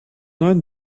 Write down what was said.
neuen